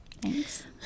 Thanks